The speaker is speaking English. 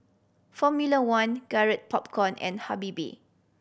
Formula One Garrett Popcorn and Habibie